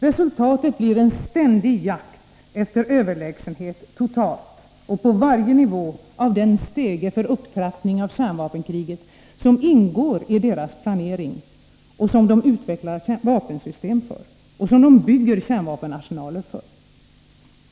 Resultatet blir en ständig jakt efter överlägsenhet — både totalt och på varje nivå av den ”stege” för upptrappning av kärnvapenkriget som ingår i deras planering och som de utvecklar vapensystem och bygger kärnvapenarsenaler för.